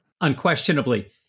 Unquestionably